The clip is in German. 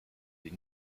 sie